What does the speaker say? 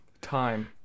time